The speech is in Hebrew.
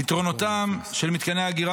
יתרונותיהם של מתקני האגירה,